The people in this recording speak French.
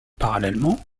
parallèlement